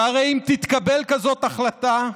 הרי אם תתקבל כזאת החלטה,